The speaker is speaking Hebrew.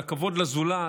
על הכבוד לזולת,